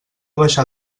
baixar